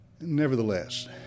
nevertheless